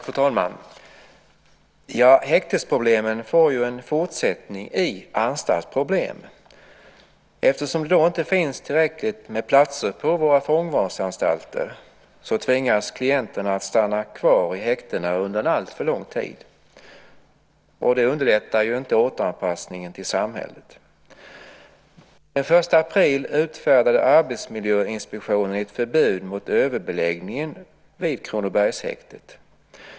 Fru talman! Häktesproblemen får en fortsättning i anstaltsproblem. Eftersom det inte finns tillräckligt med platser på våra fångvårdsanstalter tvingas klienterna att stanna kvar i häktena under en alltför lång tid. Det underlättar inte återanpassningen till samhället. Den 1 april utfärdade Arbetsmiljöinspektionen ett förbud mot överbeläggningen vid Kronobergshäktet.